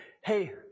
Hey